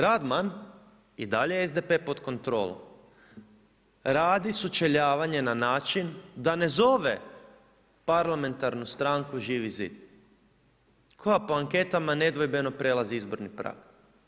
Radman i dalje je SDP pod kontrolom, radi sučeljavanje na način da ne zove parlamentarnu stranku Živi zid koja po anketama nedvojbeno prelazi izborni prag.